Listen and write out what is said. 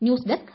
news desk